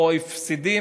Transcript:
או הפסדים,